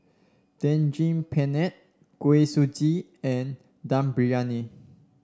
Daging Penyet Kuih Suji and Dum Briyani